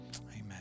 Amen